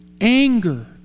anger